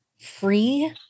free